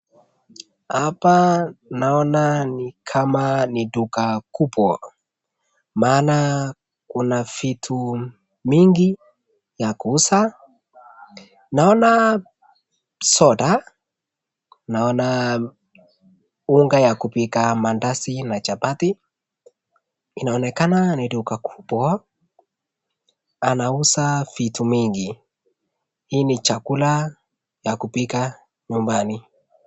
Hapa naona ni kama ni duka kubwa maana kuna vitu vingi ya kuuza. Naona soda, naona unga ya kupika mandazi na chapti inaonekana ni duka kubwa anauza vitu mingi hii ni chakula ya kupika nyumbani.